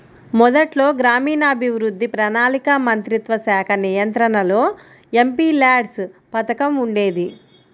మొదట్లో గ్రామీణాభివృద్ధి, ప్రణాళికా మంత్రిత్వశాఖ నియంత్రణలో ఎంపీల్యాడ్స్ పథకం ఉండేది